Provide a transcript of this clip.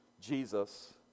Jesus